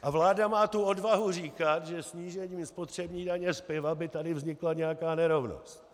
A vláda má tu odvahu říkat, že snížením spotřební daně z piva by tady vznikla nějaká nerovnost.